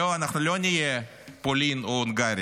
לא, אנחנו לא נהיה פולין או הונגריה,